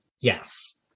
yes